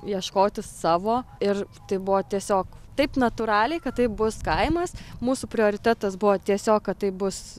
ieškotis savo ir tai buvo tiesiog taip natūraliai kad tai bus kaimas mūsų prioritetas buvo tiesiog kad tai bus